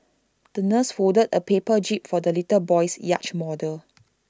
the nurse folded A paper jib for the little boy's yacht model